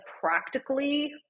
practically